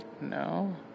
No